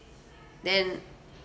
then